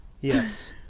yes